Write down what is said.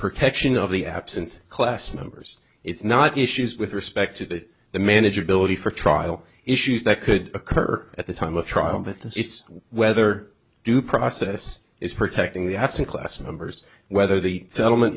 protection of the absent class members it's not issues with respect to that the manageability for trial issues that could occur at the time of trial but that it's whether due process is protecting the absent class numbers whether the settlement